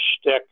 shtick